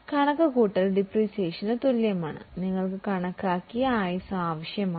അതിനാൽ നിങ്ങൾക്ക് കണക്കാക്കിയ ലൈഫ് ആവശ്യമാണ്